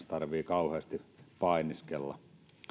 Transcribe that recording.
tarvitsee kauheasti painiskella